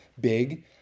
big